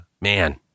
man